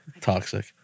toxic